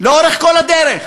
לאורך כל הדרך,